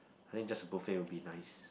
I think just buffet will be nice